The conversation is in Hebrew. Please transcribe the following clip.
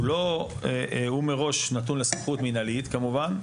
הוא לא מראש נתון לסמכות מנהלית כמובן,